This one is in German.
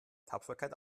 tapferkeit